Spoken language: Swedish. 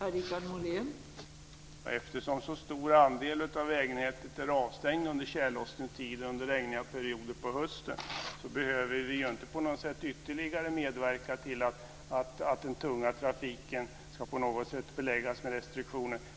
Fru talman! Eftersom en så stor andel av vägnätet är avstängt under tjällossningstid och under regniga perioder på hösten behöver vi inte ytterligare medverka till att den tunga trafiken ska beläggas med restriktioner.